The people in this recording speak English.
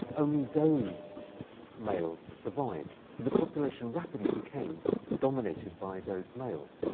only those males survived. so the population rapidly became dominated by those males.